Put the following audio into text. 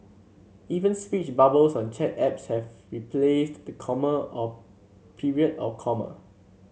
even speech bubbles on chat apps have replaced the comma of period or comma